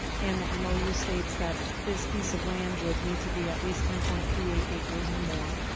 and the mou states that this piece of land would need to be at least ten point three eight acres or more.